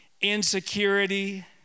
insecurity